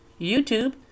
YouTube